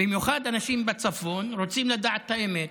במיוחד אנשים בצפון רוצים לדעת את האמת.